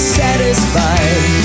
satisfied